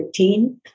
13